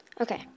Okay